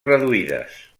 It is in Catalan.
reduïdes